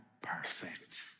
perfect